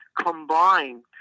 combine